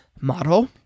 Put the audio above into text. model